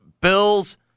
Bills